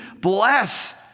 Bless